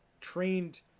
trained